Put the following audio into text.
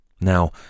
Now